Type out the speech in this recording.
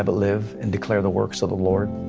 but live and declare the works of the lord.